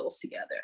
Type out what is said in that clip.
together